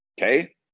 Okay